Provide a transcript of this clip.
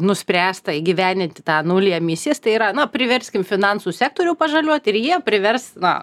nuspręsta įgyvendinti tą nulį emisijas tai yra na priverskim finansų sektorių pažaliuot ir jie privers na